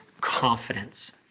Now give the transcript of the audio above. confidence